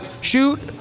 shoot